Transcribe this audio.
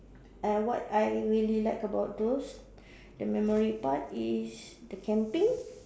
and what I really liked about those the memory part is the camping